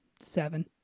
seven